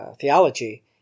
theology